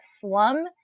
slum